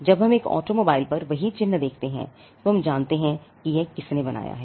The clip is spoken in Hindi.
जब हम एक ऑटोमोबाइल पर वही चिह्न देखते हैं तो हम जानते हैं कि किसने बनाया है